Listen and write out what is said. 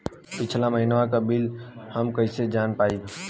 पिछला महिनवा क बिल हम कईसे जान पाइब?